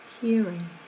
hearing